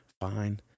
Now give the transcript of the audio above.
fine